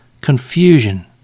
confusion